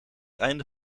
einde